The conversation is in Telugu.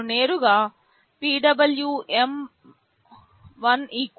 నేను నేరుగా PWM1 0